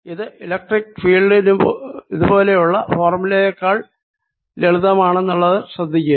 ഇത് ഇലക്ട്രിക്ക് ഫീൽഡിന് ഇതുപോലെയുള്ള ഫോർമുലയെക്കാൾ ലളിതമാണെന്നത് ശ്രദ്ധിക്കുക